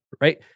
right